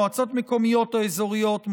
מועצות מקומיות או אזוריות,